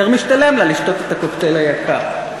יותר משתלם לה לשתות את הקוקטייל היקר.